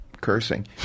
cursing